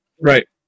Right